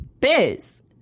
Biz